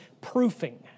proofing